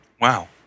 Wow